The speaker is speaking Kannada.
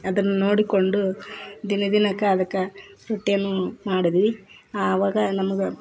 ಅದನ್ನು ನೋಡಿಕೊಂಡು ದಿನ ದಿನಕ್ಕೆ ಅದಕ್ಕೆ ರೊಟ್ಟಿಯನ್ನು ಮಾಡಿದ್ವಿ ಅವಾಗ ನಮ್ಗೆ